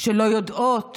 שלא יודעות